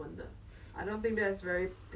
but mm